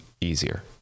easier